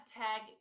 tag